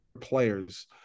players